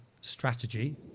strategy